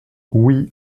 oui